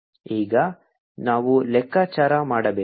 ಈಗ ನಾವು ಲೆಕ್ಕಾಚಾರ ಮಾಡಬೇಕು